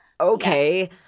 Okay